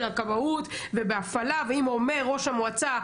הכבאות ובהפעלה ואם אומר ראש המועצה,